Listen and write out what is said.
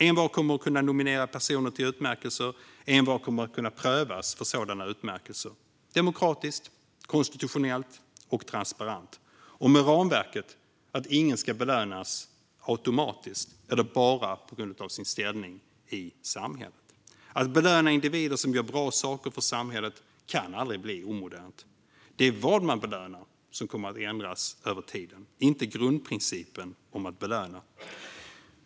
Envar kommer att kunna nominera personer till utmärkelser, och envar kommer att kunna prövas för sådana utmärkelser. Demokratiskt, konstitutionellt och transparent. Och det ska ske med ramverket att ingen ska belönas automatiskt eller bara på grund av sin ställning i samhället. Att belöna individer som gör bra saker för samhället kan aldrig bli omodernt. Det är vad man belönar som kommer att ändras över tiden - inte grundprincipen om att belöna.